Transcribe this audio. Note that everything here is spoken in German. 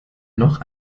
noch